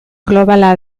globala